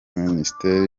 minisiteri